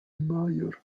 major